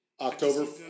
October